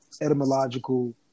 etymological